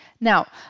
Now